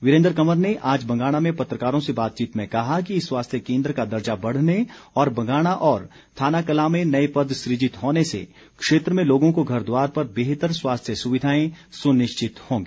वीरेन्द्र कंवर ने आज बंगाणा में पत्रकारों से बातचीत में कहा कि इस स्वास्थ्य केन्द्र का दर्जा बढ़ने और बंगाणा और थाना कलां में नए पद सृजित होने से क्षेत्र में लोगों को घरद्वार पर बेहतर स्वास्थ्य सुविधाएं सुनिश्चित होंगी